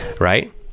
Right